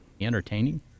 entertaining